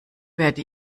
werde